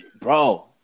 Bro